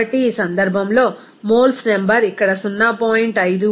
కాబట్టి ఈ సందర్భంలో మోల్స్ నెంబర్ ఇక్కడ 0